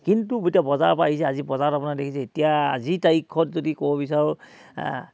কিন্তু এতিয়া বজাৰৰ পৰা আহিছে আজি বজাৰত আপোনাৰ দেখিছে এতিয়া আজিৰ তাৰিখত যদি ক'ব বিচাৰোঁ